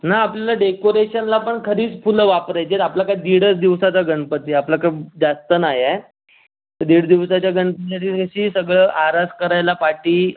नाही आपल्याला डेकोरेशनला पण खरीच फुलं वापरायची आहेत आपला काय दीडच दिवसाचा गणपती आपला काय जास्त नाही आहे दीड दिवसाच्या गणपती सगळं आरास करायला पाठी